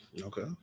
Okay